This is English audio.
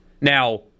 Now